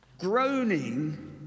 Groaning